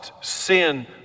sin